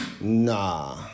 Nah